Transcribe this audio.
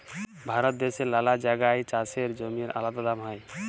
ভারত দ্যাশের লালা জাগায় চাষের জমির আলাদা দাম হ্যয়